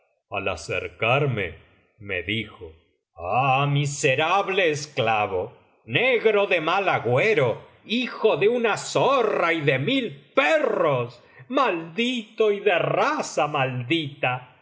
al acercarme me dijo ah miserable esclavo negro de mal agüero hijo de una zorra y de mil perros maldito y de raza maldita